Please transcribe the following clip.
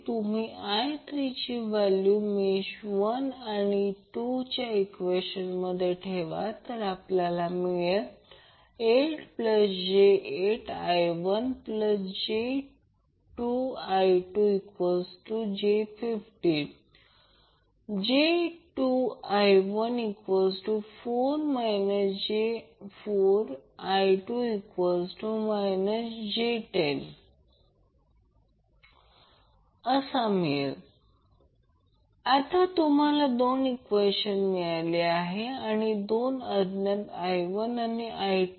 तुम्ही I3 ची value मेष 1 आणि 2 च्या ईक्वेशन मध्ये ठेवा आपल्याला मिळेल 8j8I1j2I2j50 j2I14 j4I2 j10 आता तुम्हाला दोन ईक्वेशन मिळाली आणि दोन अज्ञात I1 आणि I2